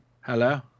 Hello